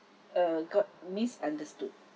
uh got misunderstood